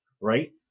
right